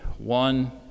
one